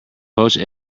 poached